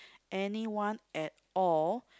anyone at all